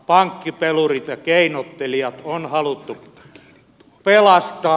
pankkipelurit ja keinottelijat on haluttu pelastaa